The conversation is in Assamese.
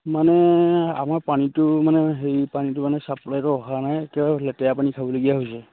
মানে আমাৰ পানীটো মানে হেৰি পানীটো মানে চাপ্লাইটো অহা নাই এতিয়াও লেতেৰা পানী খাবলগীয়া হৈছে